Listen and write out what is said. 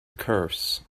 curse